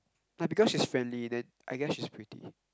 like because she's friendly then I guess she's pretty